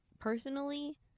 Personally